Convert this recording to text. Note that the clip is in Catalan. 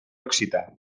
occità